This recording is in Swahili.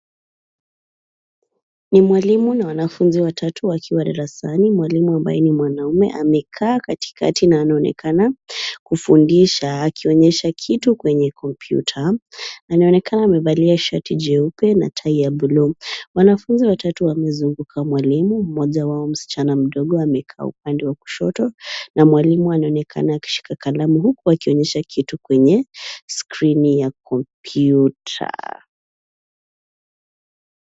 Ni mwalimu na wanafunzi watatu wakiwa darasani. Mwalimu ambaye ni mwanamume amekaa katikatina anaonekana kufundisha akionyesha kitu kwenye kompyuta. Anaonekana amevalia shati jeupe na tai ya buluu. Wanafunzi watatu wamezunguka mwalimu, mmoja wao msichana ameketi upande wa kushot na mwalimu anaoneana akishika kalamu huku akionyesha kitu kwenye skrini ya kompyuta.